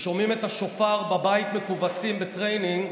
ושומעים את השופר בבית, מכווצים בטריינינג,